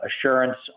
assurance